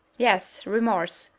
yes, remorse,